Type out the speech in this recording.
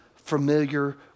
familiar